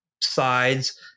sides